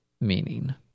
meaning